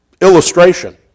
illustration